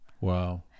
Wow